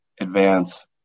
advance